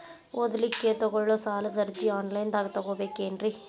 ಓದಲಿಕ್ಕೆ ತಗೊಳ್ಳೋ ಸಾಲದ ಅರ್ಜಿ ಆನ್ಲೈನ್ದಾಗ ತಗೊಬೇಕೇನ್ರಿ?